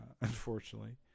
unfortunately